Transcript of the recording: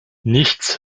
nichts